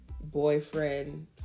boyfriend